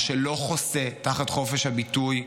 מה שלא חוסה תחת חופש הביטוי,